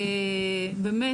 באמת,